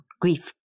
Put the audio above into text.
grief